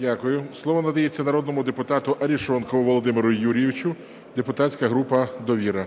Дякую. Слово надається народному депутату Арешонкову Володимиру Юрійовичу, депутатська група "Довіра". 14:32:20